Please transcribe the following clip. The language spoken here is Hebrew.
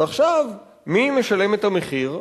ועכשיו מי משלם את המחיר?